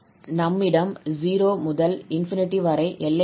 நம்மிடம் 0 முதல் ∞ வரை எல்லைகள் உள்ளன